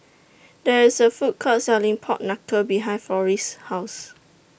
There IS A Food Court Selling Pork Knuckle behind Florie's House